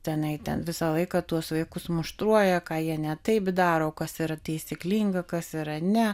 tenai ten visą laiką tuos vaikus muštruoja ką jie ne taip daro kas yra taisyklinga kas yra ne